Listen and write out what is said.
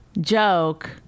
joke